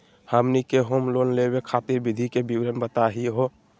हमनी के home loan लेवे खातीर विधि के विवरण बताही हो?